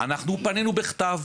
אנחנו פנינו בכתב,